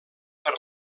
per